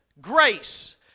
grace